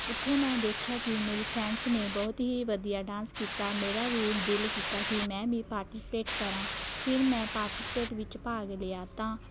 ਉੱਥੇ ਮੈਂ ਦੇਖਿਆ ਕਿ ਮੇਰੀ ਫਰੈਂਡਸ ਨੇ ਬਹੁਤ ਹੀ ਵਧੀਆ ਡਾਂਸ ਕੀਤਾ ਮੇਰਾ ਵੀ ਦਿਲ ਕੀਤਾ ਕਿ ਮੈਂ ਵੀ ਪਾਰਟੀਸਪੇਟ ਕਰਾਂ ਫਿਰ ਮੈਂ ਪਾਰਟੀਸਪੇਟ ਵਿੱਚ ਭਾਗ ਲਿਆ ਤਾਂ